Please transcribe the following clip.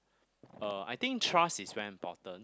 uh I think trust is very important